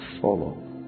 follow